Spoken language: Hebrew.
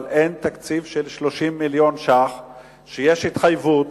אבל אין תקציב של 30 מיליון שקל, כשיש התחייבות